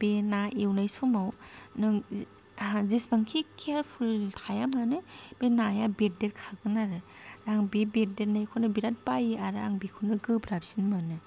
बे ना एवनाय समाव नों जिसिबांखि केयारफुल थाया मानो बे नाया बेरदेरखागोन आरो आं बे बेरदेरनायखौनो बिराद बायो आरो आं बेखौनो गोब्राबसिन मोनो